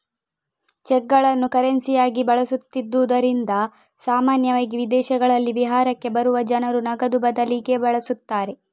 ಚೆಕ್ಗಳನ್ನು ಕರೆನ್ಸಿಯಾಗಿ ಬಳಸುತ್ತಿದ್ದುದರಿಂದ ಸಾಮಾನ್ಯವಾಗಿ ವಿದೇಶಗಳಲ್ಲಿ ವಿಹಾರಕ್ಕೆ ಬರುವ ಜನರು ನಗದು ಬದಲಿಗೆ ಬಳಸುತ್ತಾರೆ